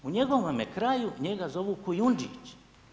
U njegovome kraju njega zovu Kujundžić.